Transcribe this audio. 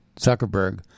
Zuckerberg